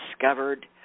discovered